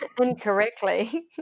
incorrectly